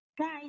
guys